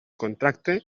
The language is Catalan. contracte